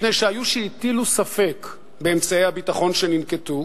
מפני שהיו שהטילו ספק באמצעי הביטחון שננקטו,